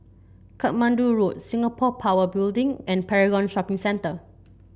Katmandu Road Singapore Power Building and Paragon Shopping Centre